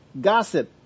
gossip